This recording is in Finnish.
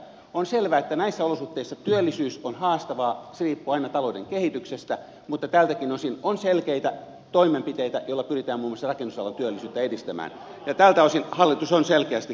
on selvää että näissä olosuhteissa työllisyys on haastavaa se riippuu aina talouden kehityksestä mutta tältäkin osin on selkeitä toimenpiteitä joilla pyritään muun muassa rakennusalan työllisyyttä edistämään ja tältä osin hallitus on selkeästi kurssissaan